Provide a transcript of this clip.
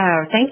thank